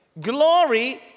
Glory